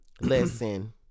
Listen